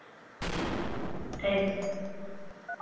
जी जी thank you